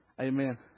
Amen